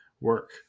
work